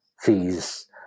fees